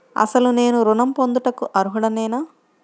అసలు నేను ఋణం పొందుటకు అర్హుడనేన?